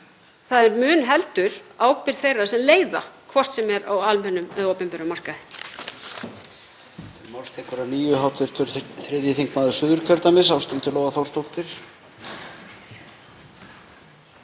Það er mun heldur ábyrgð þeirra sem leiða, hvort sem er á almennum eða opinberum markaði.